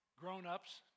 grown-ups